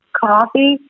coffee